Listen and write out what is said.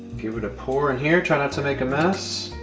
give it a pour in here, try not to make a mess.